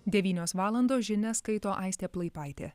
devynios valandos žinias skaito aistė plaipaitė